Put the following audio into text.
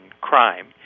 crime